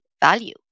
value